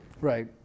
Right